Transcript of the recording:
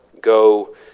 Go